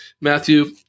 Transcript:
Matthew